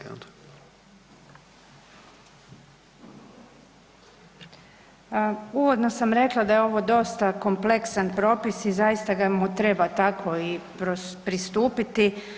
Uvodno sam rekla da je ovo dosta kompleksan propis i zaista mu treba tako i pristupiti.